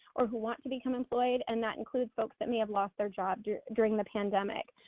or who want to become employed, and that includes folks that may have lost their jobs during the pandemic.